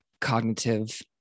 cognitive